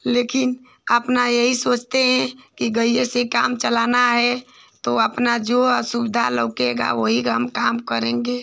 लेकिन अपना यही सोचते हैं कि गैए से काम चलाना है तो अपनी जो असुविधा लौकेगी वही हम काम करेंगे